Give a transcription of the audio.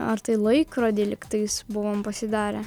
ar tai laikrodį lygtais buvom pasidarę